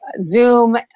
Zoom